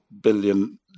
billion